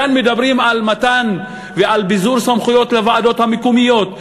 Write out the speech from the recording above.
כאן מדברים על מתן ועל ביזור סמכויות לוועדות המקומיות,